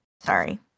Sorry